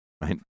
Right